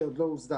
שעוד לא הוסדר.